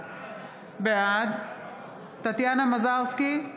בעד טטיאנה מזרסקי,